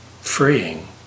freeing